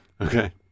Okay